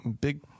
big